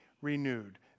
renewed